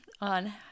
on